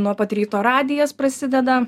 nuo pat ryto radijas prasideda